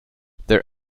their